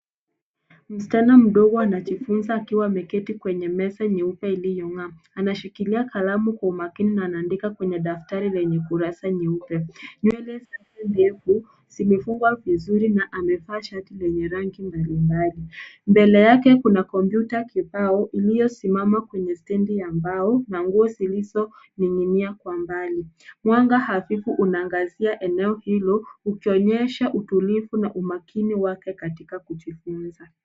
Msichana mdogo anajifunza akiwa ameketi kwenye meza nyeupe iliyong'aa. Anashikilia kalamu kwa umakini na anandika kwenye daftari lenye kurasa nyeupe. Nywele zake ndefu, zimefungwa vizuri na amevaa shati lenye rangi mbalimbali. Mbele yake kuna kompyuta kibao, iliyo simama kwenye stendi ya mbao na nguo zilizoning'inia kwa mbali. Mwanga hafifu unaangazia eneo hilo, ukionyesha utulivu na umakini wake katika kujifunza.